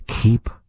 Keep